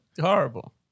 Horrible